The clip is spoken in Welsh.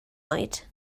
oed